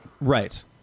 Right